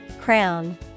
Crown